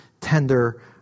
tender